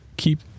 Keep